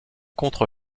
contre